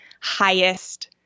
highest